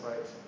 right